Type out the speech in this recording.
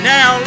Now